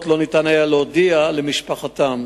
בבקשה,